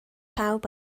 pawb